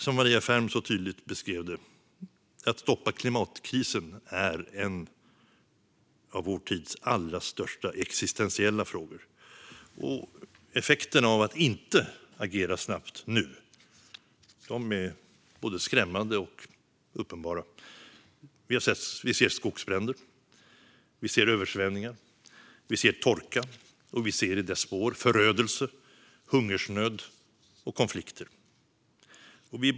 Att stoppa klimatkrisen är, som Maria Ferm så tydligt beskrev det, en av vår tids allra största existentiella frågor. Effekterna av att inte agera snabbt nu är både skrämmande och uppenbara. Vi ser skogsbränder. Vi ser översvämningar. Vi ser torka. I spåren av detta ser vi förödelse, hungersnöd och konflikter.